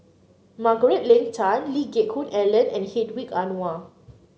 Margaret Leng Tan Lee Geck Hoon Ellen and Hedwig Anuar